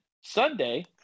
Sunday